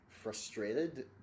frustrated